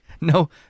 No